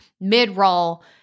mid-roll